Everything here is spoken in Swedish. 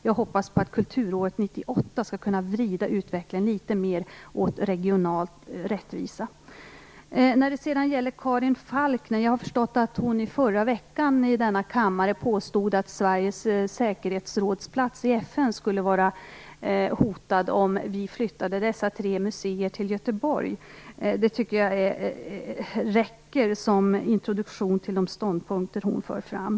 Jag hoppas att Kulturåret 1998 kan vrida utvecklingen litet mera i riktning mot regional rättvisa. Jag har förstått att Karin Falkmer förra veckan i denna kammare påstod att Sveriges plats i FN:s säkerhetsråd skulle vara hotad om vi flyttade de tre aktuella museerna till Göteborg. Det tycker jag räcker som introduktion till de ståndpunkter som hon för fram.